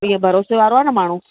इहो भरोसे वारो आहे न माण्हू